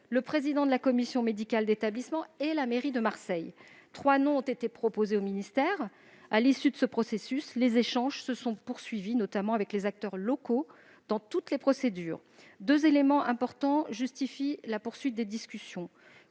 le président de la commission médicale d'établissement et la mairie de Marseille. Trois noms ont été proposés au ministère. À l'issue de ce processus, les échanges se sont poursuivis, notamment avec les acteurs locaux. Deux éléments importants justifient la poursuite des discussions.